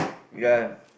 ya